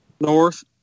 North